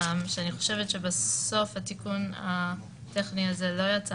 שאני חושבת שבסוף התיקון הטכני הזה לא יצא